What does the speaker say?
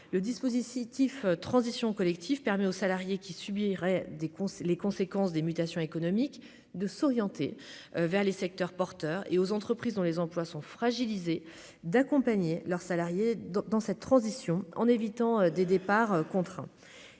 le dispositif transition collectif permet au salarié qui subirait des courses, les conséquences des mutations économiques de s'orienter vers les secteurs porteurs et aux entreprises dont les emplois sont fragilisés d'accompagner leurs salariés dans dans cette transition en évitant des départs contraints,